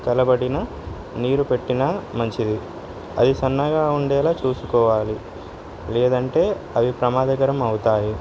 కలబడిన నీరు పెట్టిన మంచిది అది సన్నగా ఉండేలా చూసుకోవాలి లేదంటే అవి ప్రమాదకరం అవుతాయి